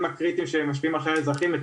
הקריטיים שמשפיעים על חיי האזרחים במדינה.